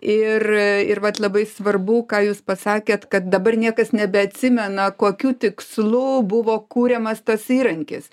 ir ir vat labai svarbu ką jūs pasakėt kad dabar niekas nebeatsimena kokiu tikslu buvo kuriamas tas įrankis